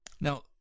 Now